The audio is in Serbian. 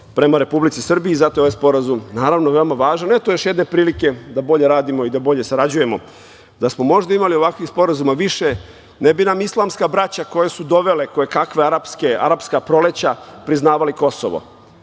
prema Republici Srbiji. Zato je ovaj sporazum veoma važan. Eto još jedne prilike da bolje radimo i da bolje sarađujemo. Da smo možda imali ovakvih sporazuma više, ne bi nam islamska braća koje su dovele kojekakva "arapska proleća" priznavali Kosovo.